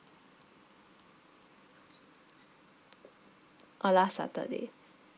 orh last saturday